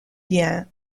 bien